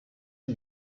the